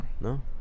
No